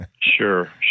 Sure